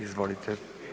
Izvolite.